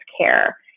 care